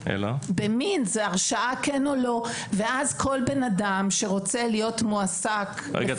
אלא במין זה הרשעה כן או לא ואז כל בן אדם שרוצה להיות מועסק --- רגע.